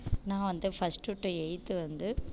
நான் வந்து first to eighth வந்து